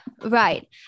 right